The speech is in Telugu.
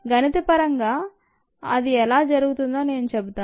గణితపరంగా అది ఎలా జరుగుతుందో నేను చెబుతాను